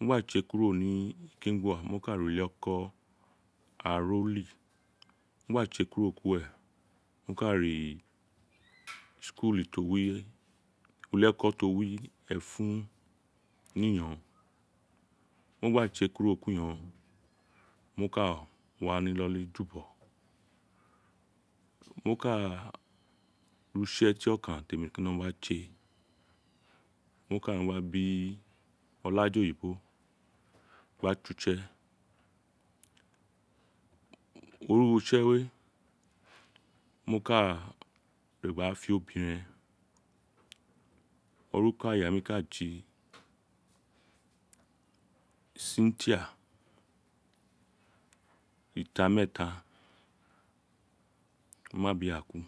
Mo gba tse kuro ni ikengbuwa mo ka re ulieko arolly mo gba tse kuro ku we mo ka ri ulieko ti o wi efferen ni yon mo gba tse kuro ku ri yon mo ka wa ni iloli ju bo mo ka ri utse tie okan twmi kele ni utse tie okan tse mo ka no gba bi olaja oyibo gba tse utse origho utse we mo ka re gba fe obiren oruko aku ka tse cynthia itameta mabiaku